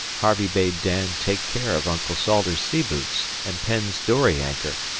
harvey bade dan take care of uncle salters's sea-boots and penn's dory-anchor,